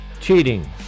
cheating